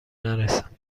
نرسم